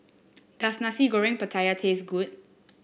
does Nasi Goreng Pattaya taste good